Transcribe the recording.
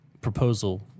proposal